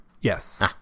yes